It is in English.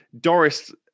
Doris